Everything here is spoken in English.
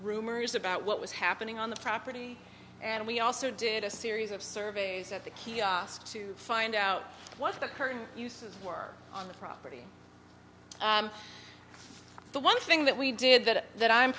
rumors about what was happening on the property and we also did a series of surveys at the kiosk to find out what the current uses were on the property the one thing that we did that that i'm